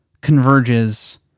converges